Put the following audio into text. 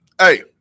Hey